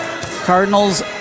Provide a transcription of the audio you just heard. Cardinals